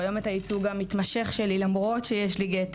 ואת הייצוג המתמשך שלי למרות שיש לי גט,